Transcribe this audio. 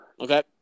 Okay